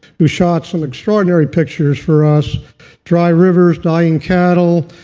who shot some extraordinary pictures for us dry rivers, dying cattle,